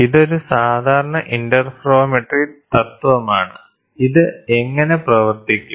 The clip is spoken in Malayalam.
ഇതൊരു സാധാരണ ഇന്റർഫെറോമെട്രി തത്വമാണ് ഇത് എങ്ങനെ പ്രവർത്തിക്കും